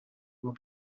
will